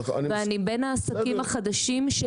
ואני בין העסקים החדשים,